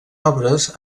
obres